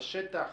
בשטח,